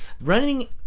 running